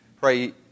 pray